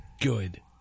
Good